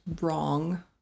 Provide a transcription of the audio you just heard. wrong